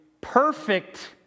perfect